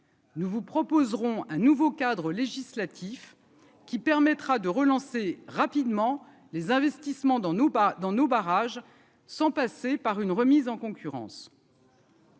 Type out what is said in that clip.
nous vous proposerons un nouveau cadre législatif qui permettra de relancer rapidement les investissements dans nos pas dans nos barrages sans passer par une remise en concurrence.